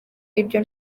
ibyo